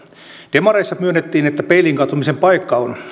demareissa myönnettiin että peiliin katsomisen paikka on